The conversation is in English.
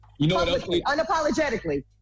Unapologetically